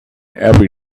every